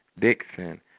Dixon